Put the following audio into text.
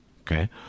okay